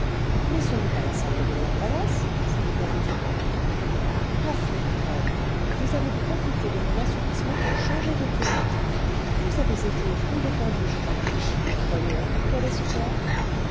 mais ce n'est pas la salle de molière palace s'écria m ponto ah friponne vous avez profité de mon assoupissement pour changer de théâtre vous avez été au fruit défendu je parie voyons quel est ce théâtre